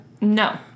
No